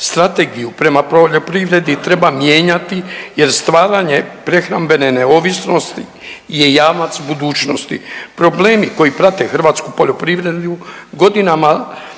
Strategiju prema poljoprivredi treba mijenjati, jer stvaranje prehrambene neovisnosti je jamac budućnosti. Problemi koji prate hrvatsku poljoprivredu godinama